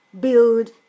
build